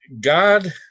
god